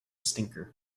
stinker